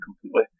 completely